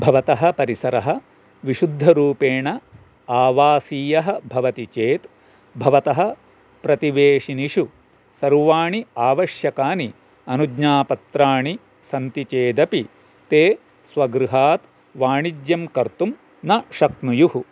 भवतः परिसरः विशुद्धरूपेण आवासीयः भवति चेत् भवतः प्रतिवेशिनिषु सर्वाणि आवश्यकानि अनुज्ञापत्राणि सन्ति चेदपि ते स्वगृहात् वाणिज्यं कर्तुं न शक्नुयुः